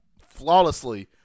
flawlessly